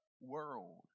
world